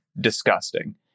disgusting